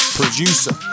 producer